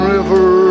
River